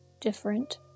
different